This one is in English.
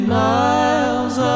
miles